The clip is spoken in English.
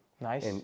Nice